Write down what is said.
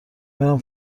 میرم